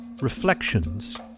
reflections